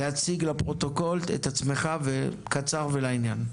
להציג לפרוטוקול את עצמך וקצר ולעניין.